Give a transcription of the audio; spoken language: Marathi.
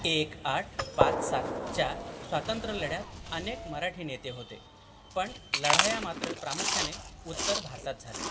एक आठ पाच सातच्या स्वातंत्र्य लढ्यात अनेक मराठी नेते होते पण लढाया मात्र प्रामुख्याने उत्तर भारतात झाल्या